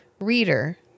reader